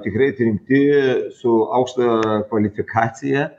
tikrai atrinkti su aukštojo kvalifikacija